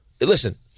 listen